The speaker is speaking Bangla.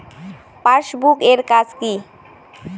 পাশবুক এর কাজ কি?